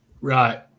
right